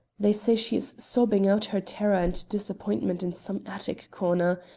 they say she is sobbing out her terror and disappointment in some attic corner.